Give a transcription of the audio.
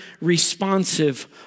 responsive